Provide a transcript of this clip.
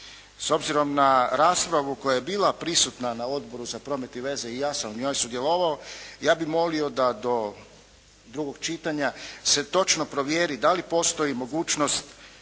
s obzirom na raspravu koja je bila prisutna na Odboru za promet i veze i ja sam u njoj sudjelovao ja bih molio da do drugog čitanja se točno provjeri da li postoji mogućnost